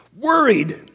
worried